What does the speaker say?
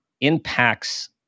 impacts